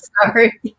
Sorry